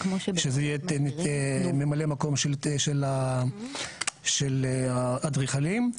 ממלא מקום של האדריכלים.